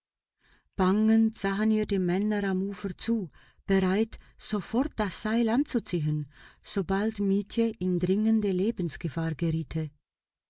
bangend sahen ihr die männer am ufer zu bereit sofort das seil anzuziehen sobald mietje in dringende lebensgefahr geriete